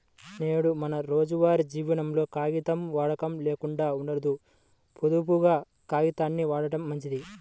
నేడు మన రోజువారీ జీవనంలో కాగితం వాడకం లేకుండా ఉండదు, పొదుపుగా కాగితాల్ని వాడటం మంచిది